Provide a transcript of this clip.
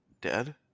dead